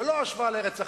זו לא השוואה לארץ אחרת.